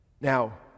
now